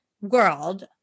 world